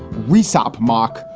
recep moch,